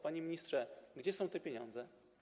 Panie ministrze, gdzie są te pieniądze?